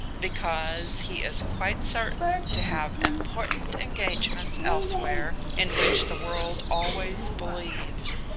because he is quite certain to have important engagements elsewhere, in which the world always believes.